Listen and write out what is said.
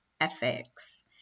ethics